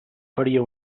faria